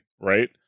right